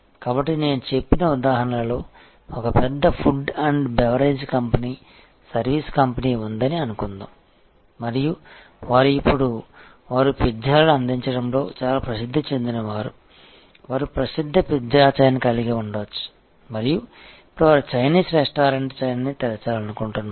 కాబట్టి నేను చెప్పిన ఉదాహరణలో ఒక పెద్ద food and beverage company service company ఉందని అనుకుందాం మరియు వారు ఇప్పుడు వారు పిజ్జా లు అందించడం లో చాలా ప్రసిద్ధి చెందిన వారు వారు ప్రసిద్ధ పిజ్జా చైన్ కలిగి ఉండవచ్చు మరియు ఇప్పుడు వారు చైనీస్ రెస్టారెంట్ చైన్ ని తెరవాలనుకుంటున్నారు